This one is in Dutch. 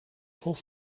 hof